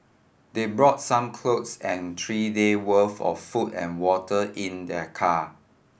they brought some cloth and three day worth of food and water in their car